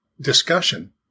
discussion